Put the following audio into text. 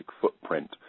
footprint